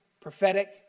Prophetic